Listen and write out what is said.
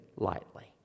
lightly